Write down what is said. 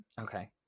Okay